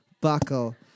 buckle